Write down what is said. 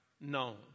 known